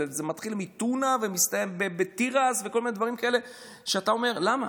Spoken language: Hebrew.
זה מתחיל מטונה ומסתיים בתירס וכל מיני דברים כאלה שאתה אומר: למה?